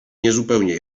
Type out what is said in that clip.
niezupełnie